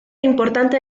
importante